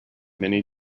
many